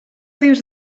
dins